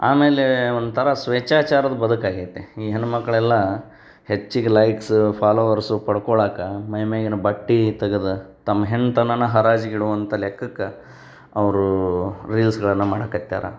ಆಮೇಲೆ ಒಂಥರ ಸ್ವೇಚ್ಛಾಚಾರದ ಬದಕು ಆಗೈತೆ ಈ ಹೆಣ್ಮಕ್ಳೆಲ್ಲ ಹೆಚ್ಚಿಗೆ ಲೈಕ್ಸ ಫಾಲೋವರ್ಸು ಪಡ್ಕೊಳಾಕ್ಕೆ ಮೈಮೇಗಿನ ಬಟ್ಟೆ ತಗ್ದು ತಮ್ಮ ಹೆಣ್ತನನ ಹರಾಜ್ಗೆ ಇಡುವಂಥ ಲೆಕ್ಕಕ್ಕೆ ಅವರು ರೀಲ್ಸ್ಗಳನ್ನು ಮಾಡಕ್ಕತ್ಯಾರ